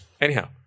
anyhow